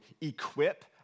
equip